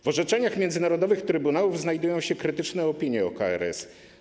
W orzeczeniach międzynarodowych trybunałów znajdują się krytyczne opinie o KRS.